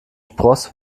spross